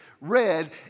red